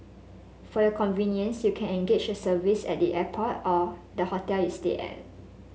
for your convenience you can engage a service at the airport or the hotel you stay at